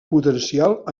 potencial